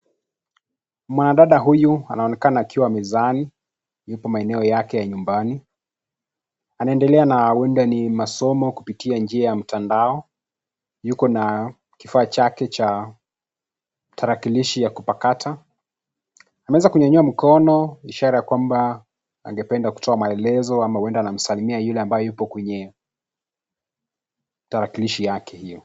Mwanadada huyu anaonekana akiwa mezani. Yupo maeneo yake ya nyumbani, anaendelea na huenda ni masomo kupitia njia ya mtandao. Yuko na kifaa chake cha tarakilishi ya kupakata. Ameweza kunyanyua mkono ishara ya kwamba angependa kutoa maelezo ama huenda anamsalimia yule ambaye yupo kwenye tarakilishi yake hiyo.